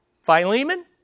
Philemon